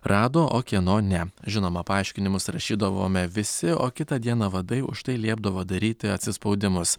rado o kieno ne žinoma paaiškinimus rašydavome visi o kitą dieną vadai už tai liepdavo daryti atsispaudimus